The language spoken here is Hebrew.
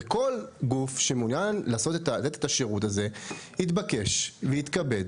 וכל גוף שמעוניין לתת את השירות הזה יתבקש ויתכבד